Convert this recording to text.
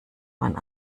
man